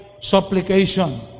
supplication